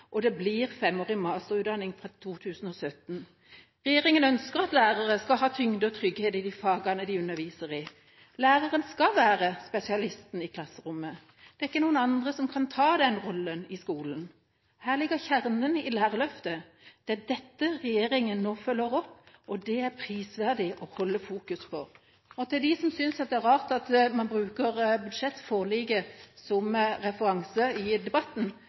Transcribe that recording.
og det blir femårig masterutdanning fra 2017. Regjeringa ønsker at lærere skal ha tyngde og trygghet i de fagene de underviser i. Læreren skal være spesialisten i klasserommet. Det er ikke noen andre som kan ta den rollen i skolen. Her ligger kjernen i Lærerløftet. Det er dette regjeringa nå følger opp, og det er det prisverdig å holde fokus på. Til dem som synes det er rart at man bruker budsjettforliket som referanse i debatten: